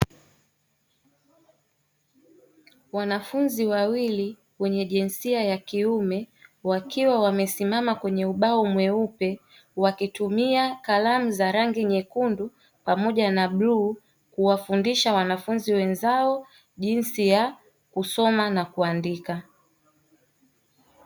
Wanafunzi wawili wenye jinsia ya kiume wakiwa wamesimama kwenye ubao mweupe wakitumia kalamu za rangi nyekundu pamoja na bluu, kuwafundisha wanafunzi wenzao jinsi ya kusoma na kuandika.